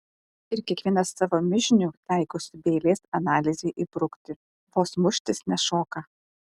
ir kiekvienas savo mižnių taikosi be eilės analizei įbrukti vos muštis nešoka